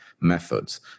methods